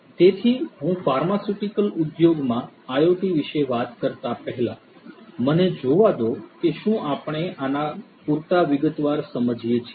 તેથી હું ફાર્માસ્યુટિકલ ઉદ્યોગ માં IoT વિશે વાત કરતા પહેલા મને જોવા દો કે શું આપણે આને પૂરતા વિગતવાર સમજીએ છીએ